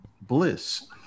bliss